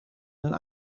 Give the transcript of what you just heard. een